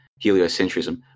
heliocentrism